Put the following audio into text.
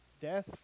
Death